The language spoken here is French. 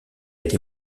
été